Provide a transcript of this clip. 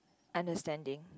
understanding